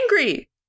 angry